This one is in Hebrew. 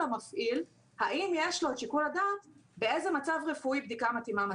המפעיל האם יש לו את שיקול הדעת באיזה מצב רפואי בדיקה מהירה מתאימה.